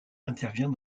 intervient